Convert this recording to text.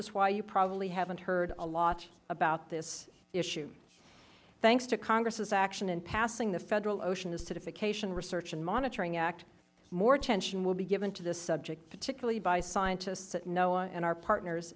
is why you probably haven't heard a lot about this issue thanks to congress's action in passing the federal ocean acidification research and monitoring act more attention will be given to this subject particularly by scientists at noaa and our partners